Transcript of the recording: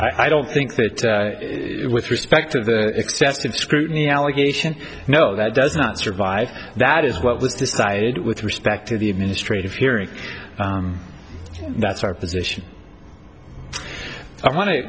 s i don't think that with respect to the excessive scrutiny allegation you know that does not survive that is what was decided with respect to the administrative hearing that's our position i wan